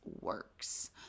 works